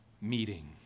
meeting